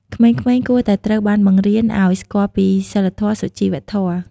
ក្មេងៗគួរតែត្រូវបានបង្រៀនឲ្យស្គាល់ពីសីលធម៍ សុជីវធម៍។